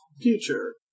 future